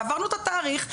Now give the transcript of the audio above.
ועברנו את התאריך,